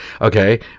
Okay